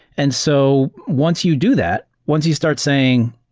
and so once you do that, once you start saying,